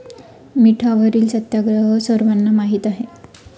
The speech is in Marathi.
मिठावरील सत्याग्रह सर्वांना माहीत आहे